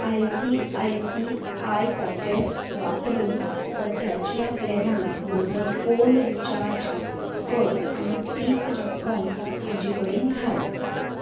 I C I C I pockets वापरून सद्ध्याच्या प्लॅनात म्हजो फोन रिचाज कर आनी तीच रक्कम आजी कडेन धाड